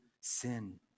sin